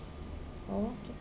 oh okay